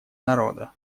народа